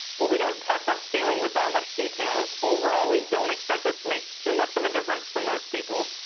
while we don't test upscaling with that much detail, overall we don't expect this to make too much of a difference for most people,